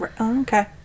Okay